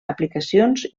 aplicacions